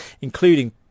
including